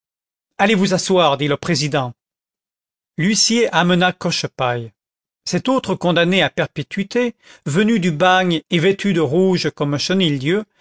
allez vous asseoir dit le président l'huissier amena cochepaille cet autre condamné à perpétuité venu du bagne et vêtu de rouge comme chenildieu